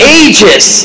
ages